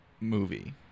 movie